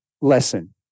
lesson